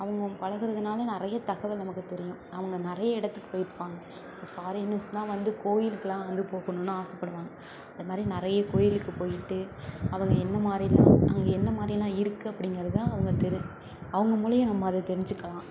அவங்க பழகுறதுனால நிறைய தகவல் நமக்கு தெரியும் அவங்க நிறைய இடத்துக்குப் போய்ருப்பாங்க ஃபாரினர்ஸ்லாம் வந்து கோயிலுக்கெல்லாம் வந்து போகணும்னு ஆசைப்படுவாங்க அது மாதிரி நிறைய கோவிலுக்கு போய்ட்டு அவங்க என்ன மாதிரிலாம் அங்கே என்ன மாதிரிலாம் இருக்குது அப்டிங்கிறது தான் அவங்க அவங்க மூலியமா நம்ம அதை தெரிஞ்சுக்கலாம்